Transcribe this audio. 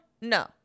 No